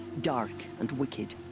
dark. and wicked.